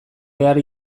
behar